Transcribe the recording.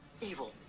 evil